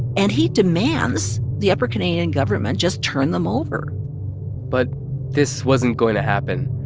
and he demands the upper canadian government just turn them over but this wasn't going to happen.